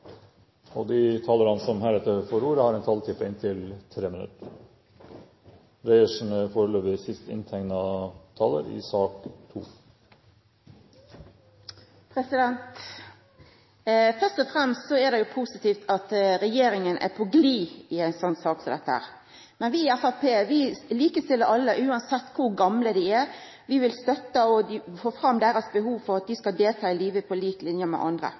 og fremst er det positivt at regjeringa er på glid i ei sak som dette. Vi i Framstegspartiet likestiller alle same kor gamle dei er. Vi vil få fram deira behov for at dei skal kunna delta i livet på lik linje med andre.